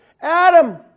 Adam